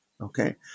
Okay